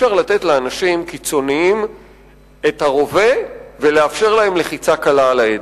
אי-אפשר לתת לאנשים קיצוניים את הרובה ולאפשר להם לחיצה קלה על ההדק.